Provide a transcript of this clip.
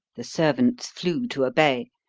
the servants flew to obey,